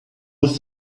with